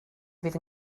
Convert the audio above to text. fydd